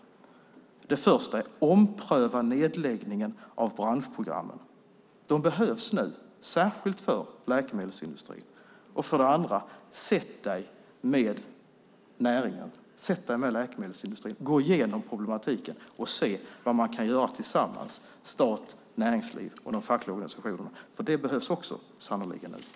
För det första: Ompröva nedläggningen av branschprogrammen! De behövs nu, särskilt för läkemedelsindustrin. För det andra: Sätt dig med näringen, med läkemedelsindustrin, gå igenom problematiken och se vad man kan göra tillsammans, stat, näringsliv och de fackliga organisationerna! Det behövs sannerligen också.